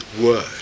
word